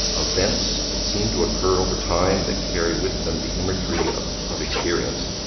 events that seem to occur over time that carry with them the imagery of of experience.